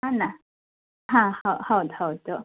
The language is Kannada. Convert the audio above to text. ಅಲ್ಲ ಹಾ ಹ ಹೌದು ಹೌದು